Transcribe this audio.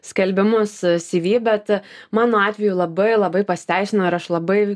skelbimus si vi bet mano atveju labai labai pasiteisino ir aš labai